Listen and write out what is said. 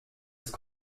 ist